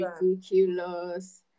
ridiculous